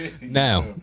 Now